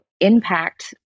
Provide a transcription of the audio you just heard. impact